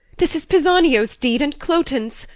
this is pisanio's deed, and cloten.